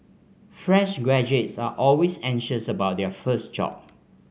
fresh graduates are always anxious about their first job